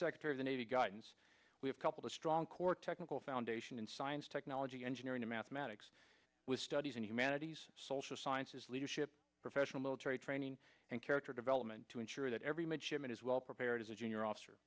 secretary the navy guidance we have couple a strong core technical foundation in science technology engineering and mathematics studies and humanities social sciences leadership professional military training and character development to ensure that every midshipman is well prepared as a junior officer